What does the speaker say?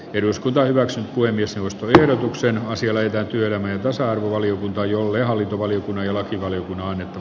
eduskunta hyväksyi koivistosta tiedotuksen asialle tarkoitukseni oli äänestää puhemiehen ehdotuksen mukaan